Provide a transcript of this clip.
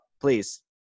please